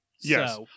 Yes